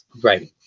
Right